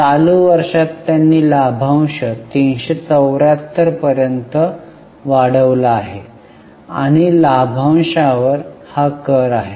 चालू वर्षात त्यांनी लाभांश 374 पर्यंत वाढविला आहे आणि लाभांकावर हा कर आहे